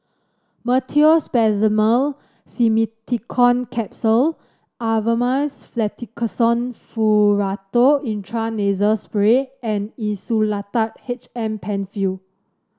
Meteospasmyl Simeticone Capsules Avamys Fluticasone Furoate Intranasal Spray and Insulatard H M Penfill